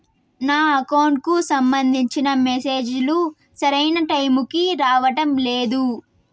నా అకౌంట్ కు సంబంధించిన మెసేజ్ లు సరైన టైము కి రావడం లేదు